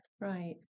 Right